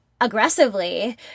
aggressively